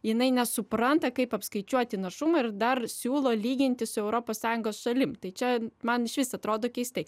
jinai nesupranta kaip apskaičiuoti našumą ir dar siūlo lyginti su europos sąjungos šalim tai čia man išvis atrodo keistai